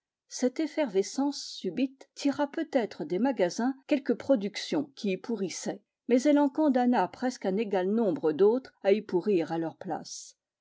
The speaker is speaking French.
cette effervescence subite tira peut-être des magasins quelques productions qui y pourrissaient mais elle en condamna presque un égal nombre d'autres à y pourrir à leur place